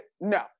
no